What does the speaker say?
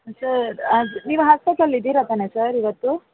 sir ಅದು ನೀವು ಹಾಸ್ಪಿಟ್ಲಲ್ಲಿ ಇದ್ದೀರ ತಾನೆ ಸರ್ ಇವತ್ತು